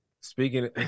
Speaking